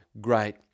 great